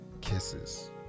kisses